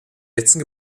letzten